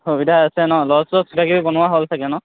সুবিধা আছে ন লজ চজ কিবা কিবি বনোৱা হ'ল চাগে ন